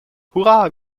hurra